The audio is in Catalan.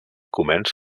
comença